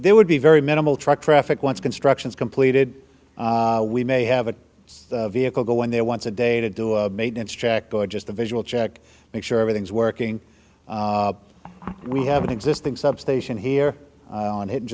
there would be very minimal truck traffic once construction is completed we may have a vehicle go in there once a day to do a maintenance check go just a visual check make sure everything's working we have an existing substation here on it